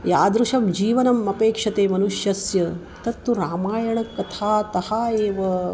यादृशं जीवनम् अपेक्षते मनुष्यस्य तत्तु रामायणकथातः एव